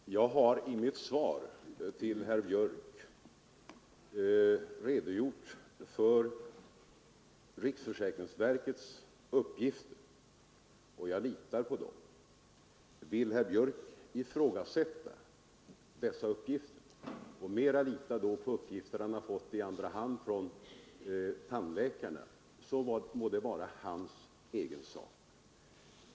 Herr talman! Jag har i mitt svar till herr Björck i Nässjö redogjort för riksförsäkringsverkets uppgifter, och jag litar på dem. Vill herr Björck ifrågasätta dessa uppgifter och mera lita på uppgifter han har fått i andra hand från tandläkarna, så må det vara hans egen sak.